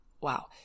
wow